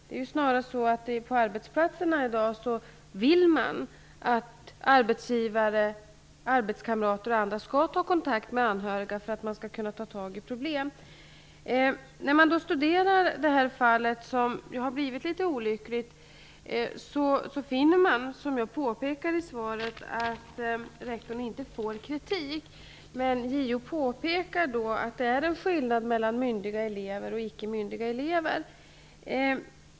Det är också så att man på arbetsplatser i dag vill att arbetsgivare, arbetskamrater och andra skall ta kontakt med de anhöriga när det finns problem att ta tag i. När man studerar detta fall, som blivit litet olyckligt, finner man, som jag påpekar i svaret, att rektorn inte fått kritik. Men JO påpekar att det är en skillnad mellan myndiga och icke myndiga elever.